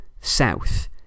south